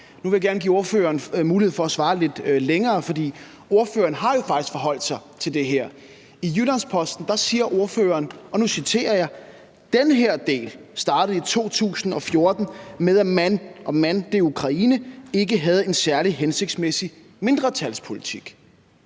Nu vil jeg gerne give ordføreren mulighed for at svare lidt længere, for ordføreren har jo faktisk forholdt sig til det her. I Jyllands-Posten siger ordføreren: »Den her del startede i 2014 med, at man« – og »man« er Ukraine – »ikke havde en særlig hensigtsmæssig mindretalspolitik